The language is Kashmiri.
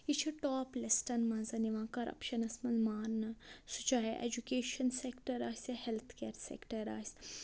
یہِ چھِ ٹاپ لِسٹَن منٛز یِوان کَرَپشَنَس منٛز ماننہٕ سُہ چاہے اٮ۪جوٗکیشَن سٮ۪کٹَر آسہِ یا ہٮ۪لٕتھ کِیَر سٮ۪کٹَر آسہِ